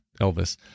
Elvis